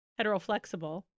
Heteroflexible